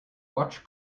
watch